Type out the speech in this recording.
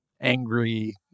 angry